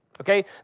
okay